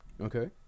Okay